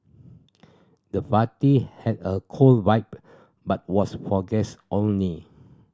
the party had a cool vibe but was for guest only